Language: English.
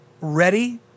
ready